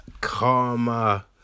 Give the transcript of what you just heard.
Karma